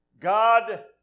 God